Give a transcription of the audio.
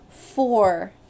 Four